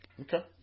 Okay